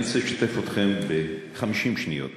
אני רוצה לשתף אתכם ב-50 שניות